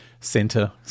center